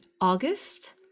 august